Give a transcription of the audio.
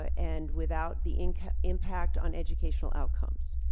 and without the impact on educational outcomes